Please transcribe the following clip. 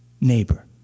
neighbor